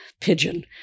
pigeon